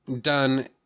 done